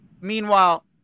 meanwhile